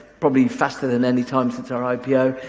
probably faster than any time since our ipo.